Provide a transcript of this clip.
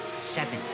seven